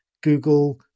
Google